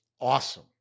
awesome